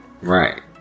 Right